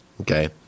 okay